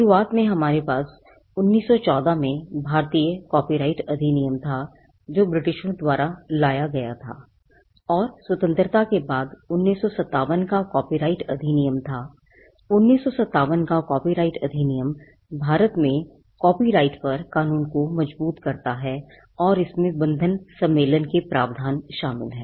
शुरुआत में हमारे पास 1914 में भारतीय कॉपीराइट अधिनियमके प्रावधान शामिल हैं